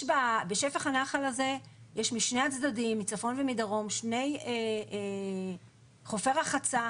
יש בשטח הנחל הזה בשני הצדדים מצפון ומדרום חופי רחצה,